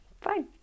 Fine